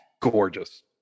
Gorgeous